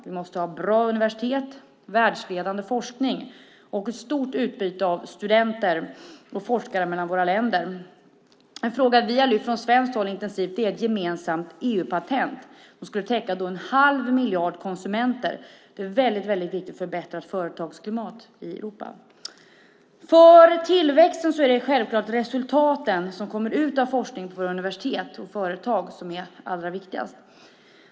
Vi måste ha bra universitet, världsledande forskning och ett stort utbyte av studenter och forskare mellan våra länder. En fråga som vi intensivt har lyft fram från svenskt håll handlar om ett gemensamt EU-patent som då skulle täcka en halv miljard konsumenter. Det är väldigt viktigt för ett förbättrat företagsklimat i Europa. För tillväxten är det självklart de resultat som kommer ut av forskningen på våra universitet och företag som är allra viktigast.